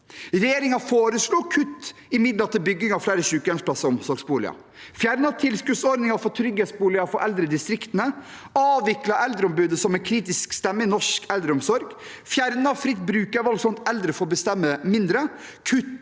Regjeringen foreslo kutt i midlene til bygging av flere sykehjemsplasser og omsorgsboliger, fjernet tilskuddsordningen for trygghetsboliger for eldre i distriktene, avviklet eldreombudet som en kritisk stemme i norsk eldreomsorg, fjernet fritt brukervalg, sånn at eldre får bestemme mindre, kuttet